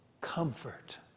Comfort